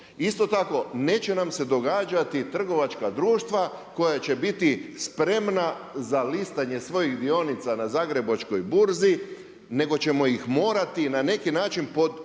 Isto tako neće nam se događati trgovačka društva koja će biti spremna za listanje svojih dionica na Zagrebačkoj burzi nego ćemo ih morati na neki način pod određenim